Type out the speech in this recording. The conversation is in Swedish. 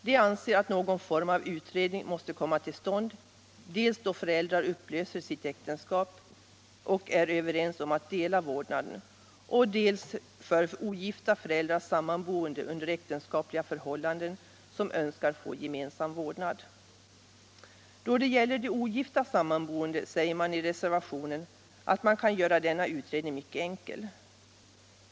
De anser att någon form av utredning måste komma till stånd dels då föräldrar upplöser sitt äktenskap och är överens om att dela på vårdnaden, dels då ogifta föräldrar sammanboende under äktenskapliga förhållanden önskar få gemensam vårdnad. Då det gäller de ogifta sammanboende säger man i reservationen att man kan göra denna utredning mycket enkel.